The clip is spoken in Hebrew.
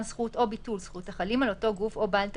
זכות או ביטול זכות החלים על אותו גוף או בעל תפקיד,